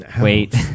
wait